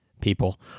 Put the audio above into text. people